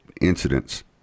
incidents